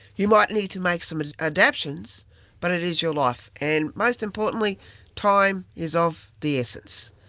you might need to make some ah adaptions but it is your life, and most importantly time is of the essence.